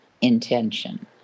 intention